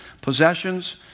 possessions